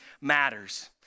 matters